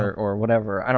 or or whatever,